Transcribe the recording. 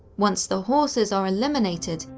once the horses are eliminated,